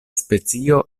specio